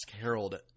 Harold